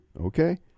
Okay